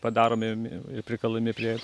padaromi mi ir prikalami prie